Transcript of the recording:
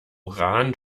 rahn